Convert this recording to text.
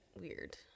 weird